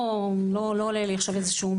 לא עולה לי משהו.